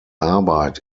arbeit